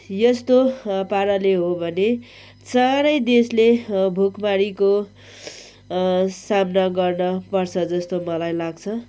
यस्तो पाराले हो भने चाँडै देशले भुखमारीको सामना गर्नपर्छ जस्तो मलाई लाग्छ